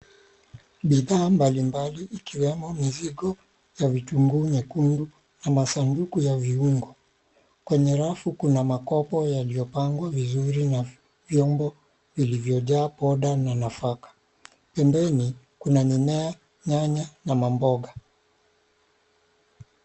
Bidhaa mbalimbali ikiwemo mizigo na vitungu nyekundu na masanduku ya viungo, kwenye rafu kuna makoko yaliyopangwa vizuri na vyombo vilivyojaa poda na nafaka, pembeni kuna mimea, nyanya na maboga.